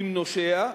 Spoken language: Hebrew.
עם נושיה,